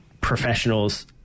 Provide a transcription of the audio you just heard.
professionals